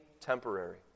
temporary